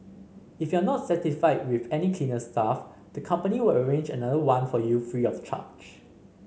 if you are not satisfied with any cleaner staff the company will arrange another one for you free of charge